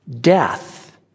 death